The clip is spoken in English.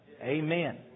Amen